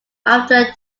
after